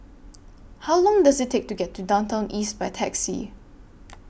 How Long Does IT Take to get to Downtown East By Taxi